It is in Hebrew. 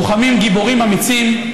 לוחמים גיבורים אמיצים.